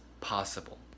possible